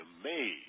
amazed